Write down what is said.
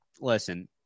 listen